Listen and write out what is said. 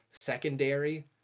secondary